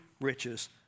riches